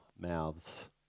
mouths